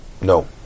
No